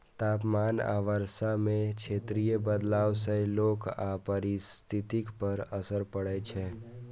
तापमान आ वर्षा मे क्षेत्रीय बदलाव सं लोक आ पारिस्थितिकी पर असर पड़ै छै